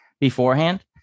beforehand